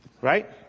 Right